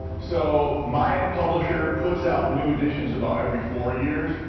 so my publisher puts out new editions about every four years.